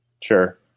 Sure